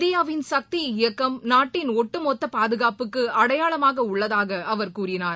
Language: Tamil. இந்தியாவின் சக்தி இபக்கம் நாட்டின் ஒட்டுமொத்தபாதுகாப்புக்குஅடையாளமாகஉள்ளதாக அவர் கூறினார்